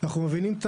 אנחנו מבינים את